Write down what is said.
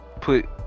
put